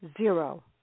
Zero